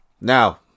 Now